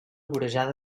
vorejada